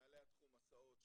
מנהלי תחום ההסעות,